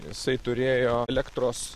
jisai turėjo elektros